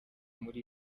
muri